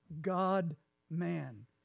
God-man